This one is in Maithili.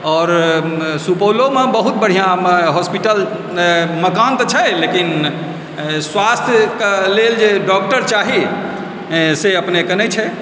आओर सुपौलोमे बहुत बढ़िआँ हॉस्पिटल मकान तऽ छै लेकिन स्वास्थ्यके लेल जे डॉक्टर चाही से अपनेके नहि छै